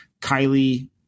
Kylie